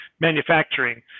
manufacturing